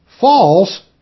false